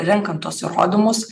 renkant tuos įrodymus